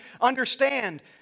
understand